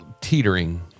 teetering